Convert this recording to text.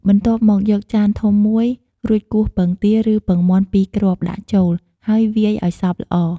បន្ទាប់មក យកចានធំមួយ រួចគោះ ពងទា ឬពងមាន់ ២ គ្រាប់ ដាក់ចូល ហើយវាយឱ្យសព្វល្អ។